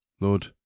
Lord